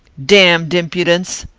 damned impudence!